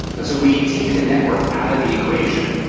so we take the network out of the equation,